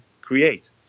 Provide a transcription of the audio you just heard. create